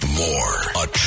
more—a